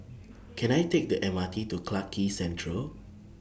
Can I Take The M R T to Clarke Central